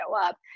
up